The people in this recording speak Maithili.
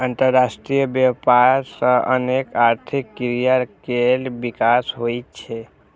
अंतरराष्ट्रीय व्यापार सं अनेक आर्थिक क्रिया केर विकास होइ छै